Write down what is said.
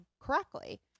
correctly